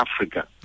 Africa